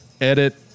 Edit